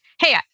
hey